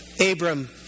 Abram